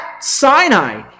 Sinai